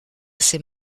ces